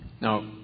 Now